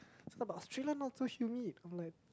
oh but Australia not so humid I'm like